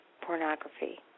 pornography